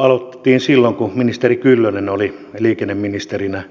aloitettiin jo silloin kun ministeri kyllönen oli liikenneministerinä